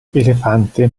elefante